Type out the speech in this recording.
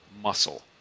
muscle